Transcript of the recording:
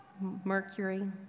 Mercury